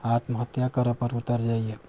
आत्महत्या करै पर उतर जाइया